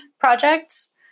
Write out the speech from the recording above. projects